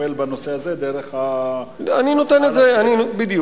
לטפל בנושא הזה דרך, אני נותן את זה כדוגמה.